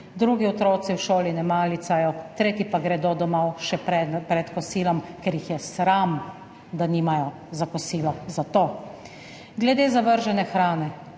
Drugi otroci v šoli ne malicajo, tretji pa gredo domov še pred kosilom, ker jih je sram, da nimajo za kosilo. Zato. Glede zavržene hrane.